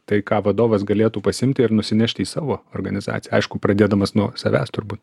tai ką vadovas galėtų pasiimti ir nusinešti į savo organizaciją aišku pradėdamas nuo savęs turbūt